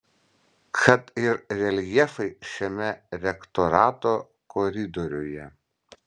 kad ir reljefai šiame rektorato koridoriuje